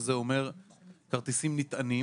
שזה אומר כרטיסים נטענים